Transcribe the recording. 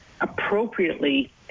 appropriately